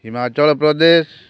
Himachal Pradesh